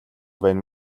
байна